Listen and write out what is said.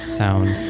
sound